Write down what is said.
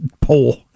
poll